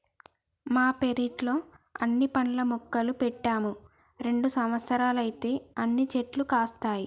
మా పెరట్లో అన్ని పండ్ల మొక్కలు పెట్టాము రెండు సంవత్సరాలైతే అన్ని చెట్లు కాస్తాయి